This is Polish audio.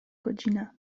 godzina